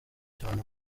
cyane